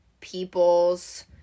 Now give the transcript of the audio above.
people's